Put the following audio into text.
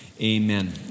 amen